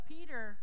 Peter